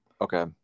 Okay